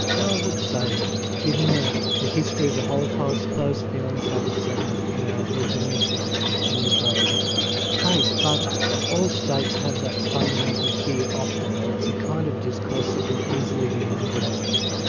and i would say that, given the the history of the holocaust, those feelings have a certain amount of legitimacy in israel's case. but all states have that fundamental fear often, or it's a kind of discourse that can easily be mobilised,